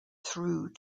through